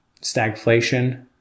stagflation